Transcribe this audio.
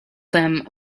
them